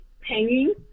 hanging